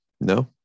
No